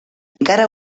encara